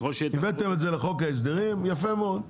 הבאתם את זה לחוק ההסדרים, יפה מאוד,